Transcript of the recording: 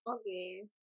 Okay